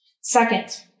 Second